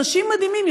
אנשים מדהימים,